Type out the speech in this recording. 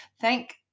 Thank